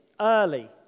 early